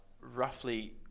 roughly